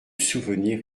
souvenir